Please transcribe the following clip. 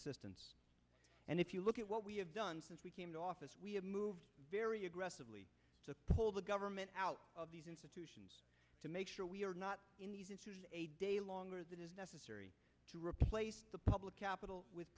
assistance and if you look at what we have done since we came to office we have moved very aggressively to pull the government out of these institutions to make sure we are not in a day longer than is necessary to replace the public capital with